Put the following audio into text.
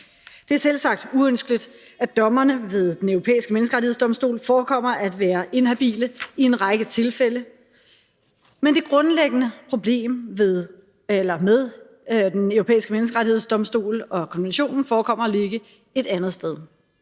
Det er selvsagt uønskeligt, at dommerne ved Den Europæiske Menneskerettighedsdomstol forekommer at være inhabile i en række tilfælde, men det grundlæggende problem med Den Europæiske Menneskerettighedsdomstol og konventionen forekommer at ligge et andet sted.